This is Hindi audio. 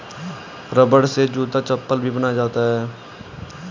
रबड़ से जूता चप्पल भी बनाया जाता है